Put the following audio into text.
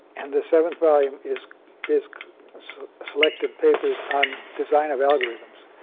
and the seventh volume is is selected papers on design of algorithms.